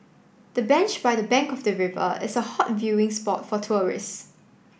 the bench by the bank of the river is hot viewing spot for tourists